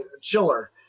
Chiller